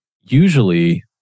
usually